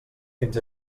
fins